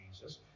Jesus